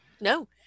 no